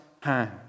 hand